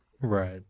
Right